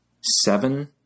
seven